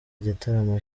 igitaramo